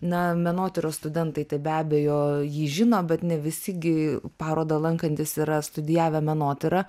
na menotyros studentai tai be abejo jį žino bet ne visi gi parodą lankantys yra studijavę menotyrą